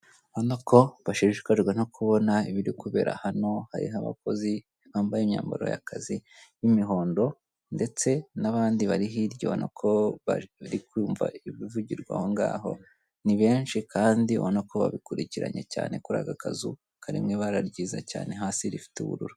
Ubona ko bashishakajwe no kubona ibiri kubera hano, hariho abakozi bambaye imyambaro y'akazi y'imihondo, ndetse n'abandi bari hirya ubona ko bari kumva ibivugirwa ahongaho, ni benshi kandi ubona ko babikurikiranye cyane kuri aka kazu kari mu ibara ryiza cyane hasi rifite ubururu.